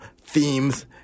themes